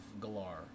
Galar